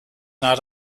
not